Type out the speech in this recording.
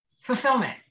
fulfillment